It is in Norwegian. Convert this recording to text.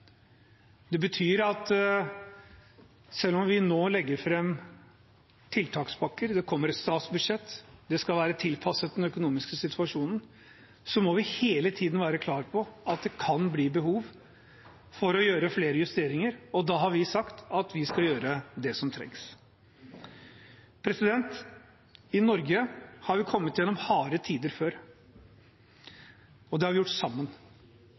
Det betyr at selv om vi nå legger fram tiltakspakker, og selv om det kommer et statsbudsjett som skal være tilpasset den økonomiske situasjonen, må vi hele tiden være klar på at det kan bli behov for å gjøre flere justeringer. Da har vi sagt at vi skal gjøre det som trengs. I Norge har vi kommet igjennom harde tider før, og det har vi gjort sammen.